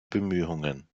bemühungen